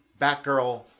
Batgirl